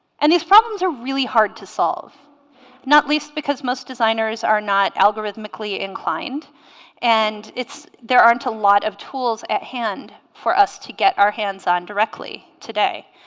and these problems are really hard to solve not least because most designers are not algorithmically inclined and it's there aren't a lot of tools at hand for us to get our hands on directly today